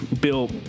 Bill